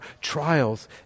trials